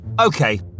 Okay